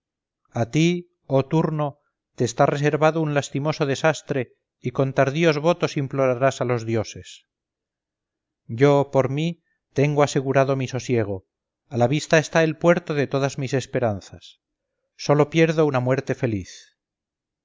a ti oh turno te está reservado un lastimoso desastre y con tardíos votos implorarás a los dioses yo por mí tengo asegurado mi sosiego a la vista está el puerto de todas mis esperanzas sólo pierdo una muerte feliz